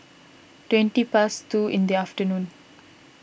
twenty past two in the afternoon